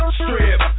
strip